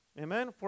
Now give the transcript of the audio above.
Amen